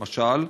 למשל,